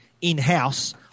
in-house